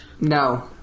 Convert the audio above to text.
No